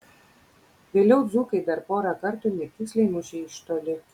vėliau dzūkai dar porą kartų netiksliai mušė iš toli